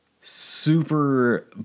Super